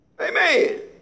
Amen